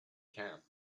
camp